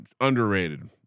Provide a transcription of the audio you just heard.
underrated